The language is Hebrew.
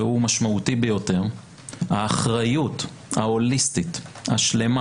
והוא משמעותי ביותר, האחריות ההוליסטית השלמה